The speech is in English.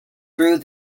through